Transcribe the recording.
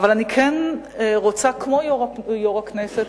אבל אני כן רוצה, כמו יושב-ראש הכנסת,